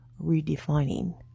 redefining